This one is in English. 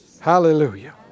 Hallelujah